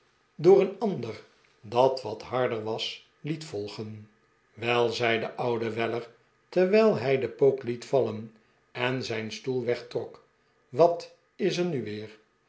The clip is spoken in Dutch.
door een ander dat wat harder was liet volgen wei zei de oude weller terwijl hij den pook liet vallen en zijn stoel wegtrok wat is er nu weer